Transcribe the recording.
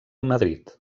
madrid